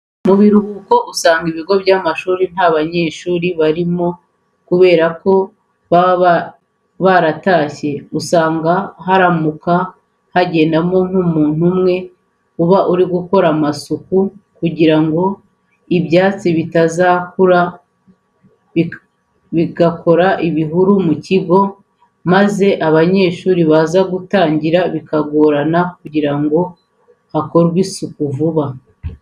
Mu biruhuko usanga mu bigo by'amashuri nta banyeshuri barimo kubera ko baba baratashye. Usanga haramuka hagendamo nk'umuntu umwe uba uri gukora amasuku kugira ngo ibyatsi bitazakura bigakora ibihuru mu kigo, maze abanyeshuri baza gutangira bikagorana kugira ngo hakorwe vuba.